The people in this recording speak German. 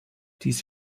dies